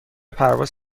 پرواز